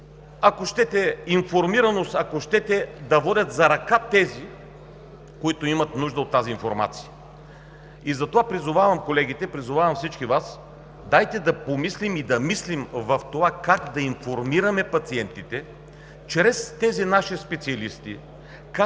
ако щете, на информираност, ако щете, да водят за ръка тези, които имат нужда от информация. Затова призовавам колегите, призовавам всички Вас: дайте да помислим и да мислим за това как да информираме пациентите чрез тези наши специалисти,